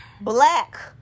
Black